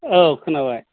औ खोनाबाय